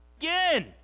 again